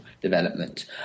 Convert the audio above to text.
development